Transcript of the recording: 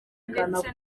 ndetse